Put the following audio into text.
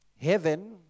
heaven